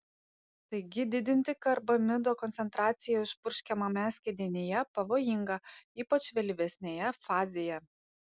taigi didinti karbamido koncentraciją išpurškiamame skiedinyje pavojinga ypač vėlyvesnėje fazėje